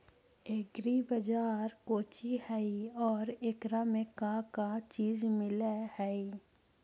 Agri बाजार कोची हई और एकरा में का का चीज मिलै हई?